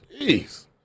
Jeez